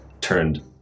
turned